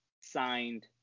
signed